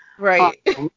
Right